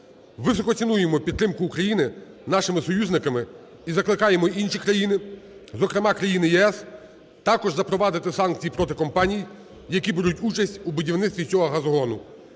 Високо цінуємо підтримку України нашими союзниками і закликаємо інші країни, зокрема країни ЄС, також запровадити санкції проти компаній, які беруть участь у будівництві цього газогону.